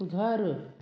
घरु